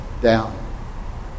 down